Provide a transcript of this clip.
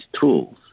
tools